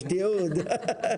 יש תיעוד.